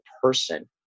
person